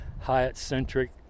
Hyatt-centric